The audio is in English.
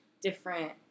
different